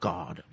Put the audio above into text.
God